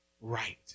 right